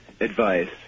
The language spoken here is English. advice